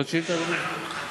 מעזה אם תהיה אותה התנתקות,